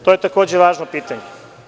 To je takođe važno pitanje.